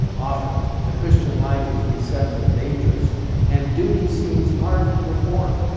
often the christian life is beset with dangers and duty seems hard to perform.